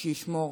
שישמור